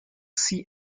see